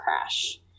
crash